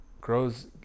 grows